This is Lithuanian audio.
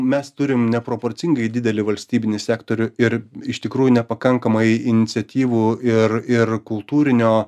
mes turim neproporcingai didelį valstybinį sektorių ir iš tikrųjų nepakankamai iniciatyvų ir ir kultūrinio